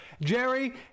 Jerry